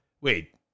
wait